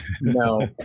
No